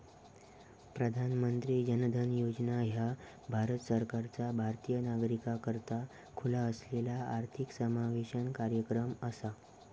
प्रधानमंत्री जन धन योजना ह्या भारत सरकारचा भारतीय नागरिकाकरता खुला असलेला आर्थिक समावेशन कार्यक्रम असा